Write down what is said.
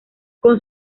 con